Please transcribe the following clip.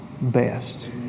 best